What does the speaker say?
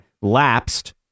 lapsed